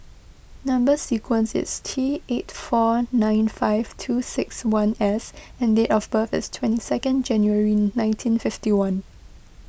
Number Sequence is T eight four nine five two six one S and date of birth is twenty second January nineteen fifty one